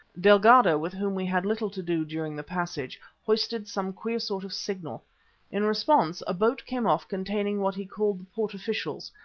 delgado, with whom we had little to do during the passage, hoisted some queer sort of signal in response a boat came off containing what he called the port officials,